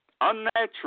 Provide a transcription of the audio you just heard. unnatural